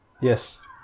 yes